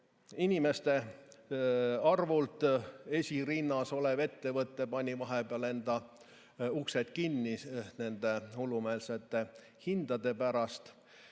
inimeste arvult esirinnas olev ettevõte, pani vahepeal enda uksed kinni nende hullumeelsete hindade pärast.